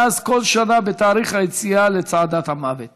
מאז, כל שנה בתאריך היציאה לצעדת המוות